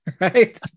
Right